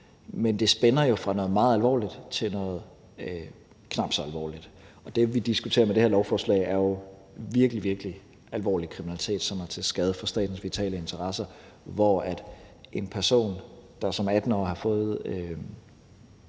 Men det spænder jo fra noget meget alvorligt til noget knap så alvorligt. Og det, vi diskuterer med det her lovforslag, er jo virkelig, virkelig alvorlig kriminalitet, som er til skade for statens vitale interesser. Og en person, der som 18-årig har fået